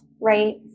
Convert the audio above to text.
right